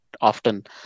often